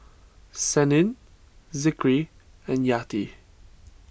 Senin Zikri and Yati